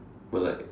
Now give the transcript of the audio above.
but like